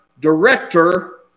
director